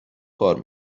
کار